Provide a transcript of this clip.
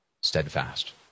steadfast